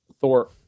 Thor